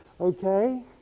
Okay